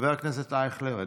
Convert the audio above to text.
חבר הכנסת אייכלר,